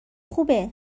خوبه